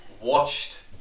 Watched